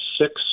six